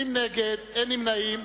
נגד, 20, אין נמנעים.